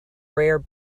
rare